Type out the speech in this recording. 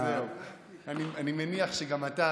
אני מניח שגם אתה,